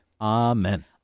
Amen